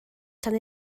tan